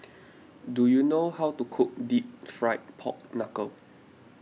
do you know how to cook Deep Fried Pork Knuckle